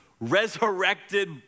resurrected